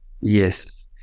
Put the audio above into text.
Yes